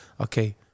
okay